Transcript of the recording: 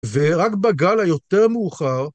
‫ורק בגל היותר מאוחר...